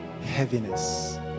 heaviness